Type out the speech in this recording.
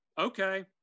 Okay